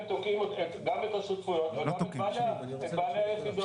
תוקעים גם את הרשות וגם את בעלי היחידות.